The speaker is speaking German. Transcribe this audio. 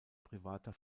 privater